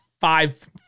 five